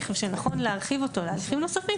ושנכון להרחיב אותו להליכים נוספים,